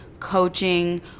coaching